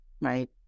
Right